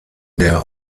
der